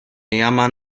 llaman